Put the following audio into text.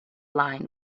line